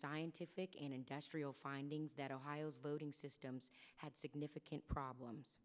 scientific and industrial findings that ohio's voting systems had significant problems